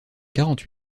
quarante